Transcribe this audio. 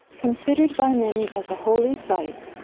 considered by many as a holy site,